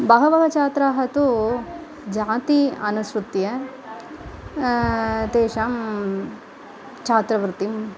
बहवः छात्राः तु जातिम् अनुसृत्य तेषां छात्रवृत्तिम्